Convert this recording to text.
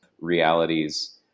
realities